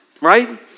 Right